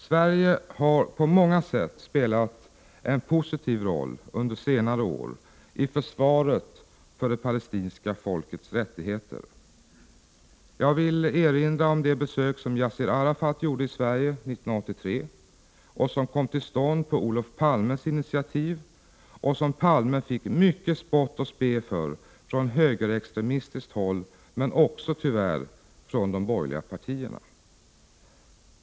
Sverige har på många sätt spelat en positiv roll under senare år i försvaret för det palestinska folkets rättigheter. Jag vill erinra om det besök som Yassir Arafat gjorde i Sverige 1983 och som kom till stånd på Olof Palmes initiativ. Olof Palme fick lida mycket spott och spe för detta från högerextremistiskt håll, men tyvärr också från de borgerliga partierna.